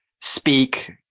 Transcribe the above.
speak